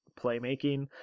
playmaking